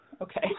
Okay